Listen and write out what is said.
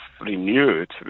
renewed